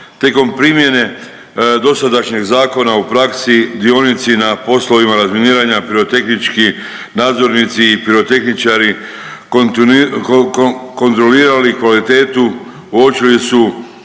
Tijekom primjene dosadašnjeg zakona u praksi dionici na poslovima razminiranja, pirotehnički nadzornici i pirotehničari, .../nerazumljivo/... kontrolira kvalitetu uočili su